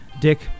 Dick